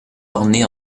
ornée